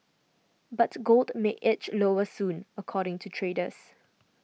but gold may edge lower soon according to traders